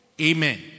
Amen